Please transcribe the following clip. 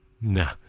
Nah